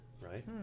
right